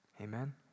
Amen